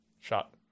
Shot